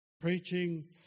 preaching